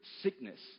sickness